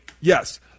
yes